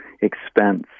expense